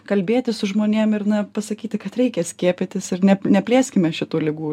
kalbėtis su žmonėm ir na pasakyti kad reikia skiepytis ar ne neplėskime šitų ligų